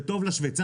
זה טוב לשוויצריות,